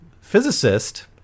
physicist